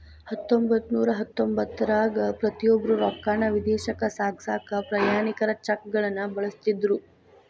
ಹತ್ತೊಂಬತ್ತನೂರ ತೊಂಬತ್ತರಾಗ ಪ್ರತಿಯೊಬ್ರು ರೊಕ್ಕಾನ ವಿದೇಶಕ್ಕ ಸಾಗ್ಸಕಾ ಪ್ರಯಾಣಿಕರ ಚೆಕ್ಗಳನ್ನ ಬಳಸ್ತಿದ್ರು